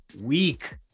Week